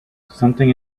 something